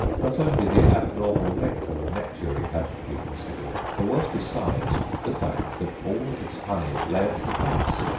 not only the abnormal length of the nectary had to be considered there was, besides, the fact that all its honey lay at the base,